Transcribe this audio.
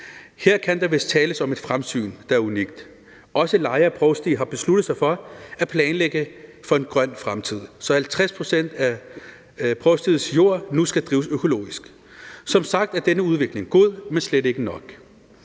Her kan der vist tales om et fremsyn, der er unikt. Også Lejre Provsti har besluttet sig for at planlægge for en grøn fremtid, så 50 pct. af provstiets jord nu skal drives økologisk. Som sagt er denne udvikling god, men det er slet ikke nok.